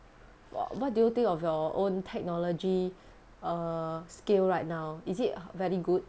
what do you think of your own technology err skill right now is it very good